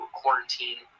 quarantine